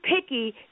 picky